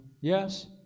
Yes